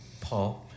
Paul